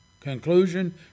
Conclusion